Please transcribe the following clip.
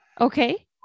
Okay